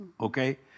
Okay